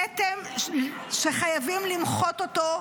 כתם שחייבים למחות אותו,